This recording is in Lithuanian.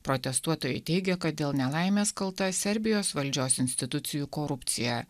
protestuotojai teigia kad dėl nelaimės kalta serbijos valdžios institucijų korupcija